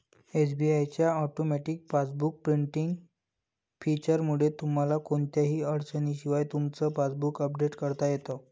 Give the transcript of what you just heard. SBI च्या automatic passbook printing फीचरमुळे तुम्हाला कोणत्याही अडचणीशिवाय तुमचं पासबुक अपडेट करता येतं